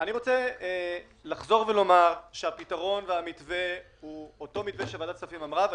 אני רוצה לחזור ולומר שהפתרון הוא אותו מתווה שוועדת כספים אמרה.